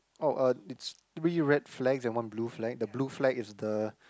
oh uh it's three red flags and one blue flag the blue flag is the